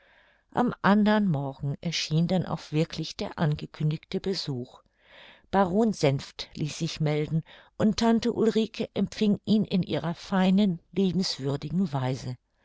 am andern morgen erschien denn auch wirklich der angekündigte besuch baron senft ließ sich melden und tante ulrike empfing ihn in ihrer feinen liebenswürdigen weise